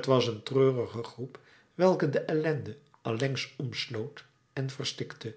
t was een treurige groep welke de ellende allengs omsloot en verstikte